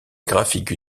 graphiques